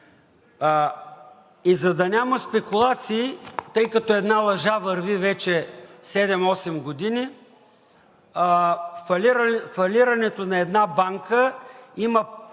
И за да няма спекулации, тъй като една лъжа върви вече седем-осем години, фалирането на една банка няма